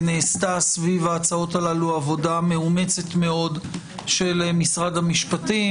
נעשתה סביב ההצעות הללו עבודה מאומצת מאוד של משרד המשפטים,